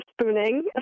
spooning